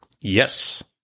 Yes